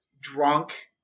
drunk